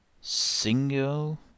single